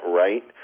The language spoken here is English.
right